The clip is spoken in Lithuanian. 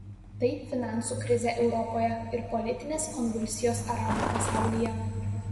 tai finansų krizė europoje ir politinės konvulsijos arabų pasaulyje